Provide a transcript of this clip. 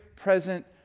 present